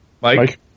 Mike